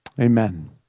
Amen